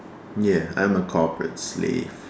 ya I'm a corporate slave